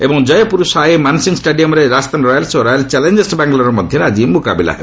ଆଜି ଜୟପୁରର ସୱାଇ ମାନସିଂ ଷ୍ଟାଡିୟମ୍ଠାରେ ରାଜସ୍ଥାନ ରୟାଲ୍ସ୍ ଓ ରୟାଲ୍ ଚ୍ୟାଲେଞ୍ଚର୍ସ ବାଙ୍ଗାଲୋର ମଧ୍ୟରେ ମୁକାବିଲା ହେବ